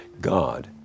God